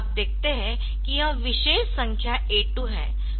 आप देखते है कि यह विशेष संख्या A2 है